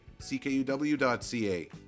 ckuw.ca